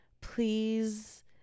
Please